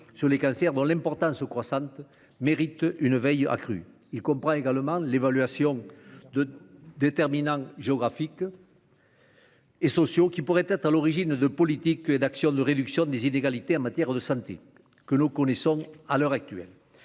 sur les cancers, dont l'importance croissante mérite une veille accrue. Il comprend également l'évaluation de déterminants géographiques et sociaux, qui pourraient être à l'origine de politiques et d'actions de réduction des inégalités en matière de santé que nous connaissons à l'heure actuelle.